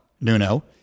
Nuno